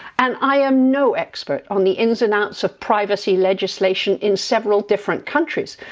and i am no expert on the ins and outs of privacy legislation in several different countries,